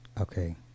okay